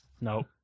Nope